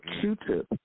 Q-tip